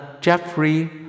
Jeffrey